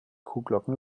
kuhglocken